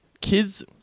kids